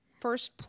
First